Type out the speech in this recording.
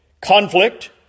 conflict